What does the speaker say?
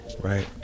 Right